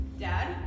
Dad